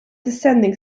descending